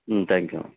ம் thank you ma'am